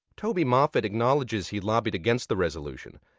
toby moffett acknowledges he lobbied against the resolution,